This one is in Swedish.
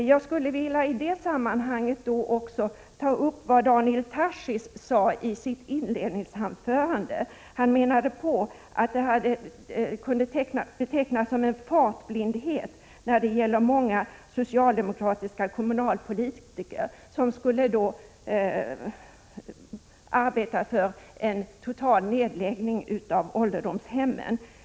I det här sammanhanget skulle jag också vilja ta upp vad Daniel Tarschys sade i sitt inledningsanförande, nämligen att det kunde betecknas som fartblindhet hos många socialdemokratiska kommunalpolitiker när de arbetade för en total nedläggning av ålderdomshemmen.